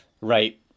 Right